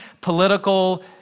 political